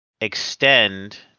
extend